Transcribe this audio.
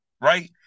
right